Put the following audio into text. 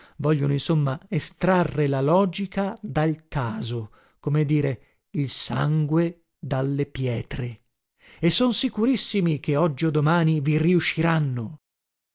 vogliono insomma estrarre la logica dal caso come dire il sangue dalle pietre e son sicurissimi che oggi o domani vi riusciranno